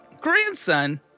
grandson